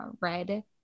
red